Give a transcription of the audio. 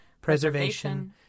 preservation